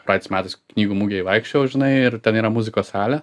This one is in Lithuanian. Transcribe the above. praeitais metais knygų mugėj vaikščiojau žinai ir ten yra muzikos salė